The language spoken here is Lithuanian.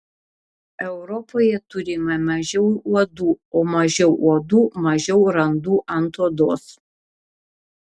europoje turime mažiau uodų o mažiau uodų mažiau randų ant odos